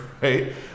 right